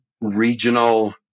regional